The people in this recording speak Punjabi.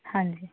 ਹਾਂਜੀ